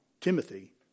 Timothy